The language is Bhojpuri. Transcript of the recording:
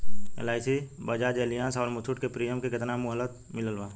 एल.आई.सी बजाज एलियान्ज आउर मुथूट के प्रीमियम के केतना मुहलत मिलल बा?